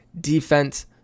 defense